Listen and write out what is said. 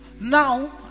Now